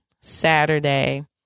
Saturday